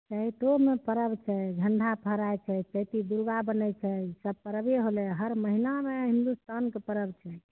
चैतोमे पर्ब छै झण्डा फहराइ छै चैती दुर्गा बनै छै सब पर्बे होलै हर महिनामे हिन्दुस्तानके पर्ब छै